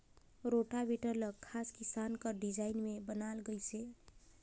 rotavator ल खास किसम कर डिजईन में बनाल गइसे